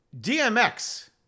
DMX